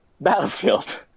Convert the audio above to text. battlefield